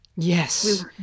Yes